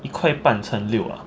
一块半乘六 ah